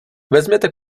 vezměte